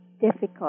difficult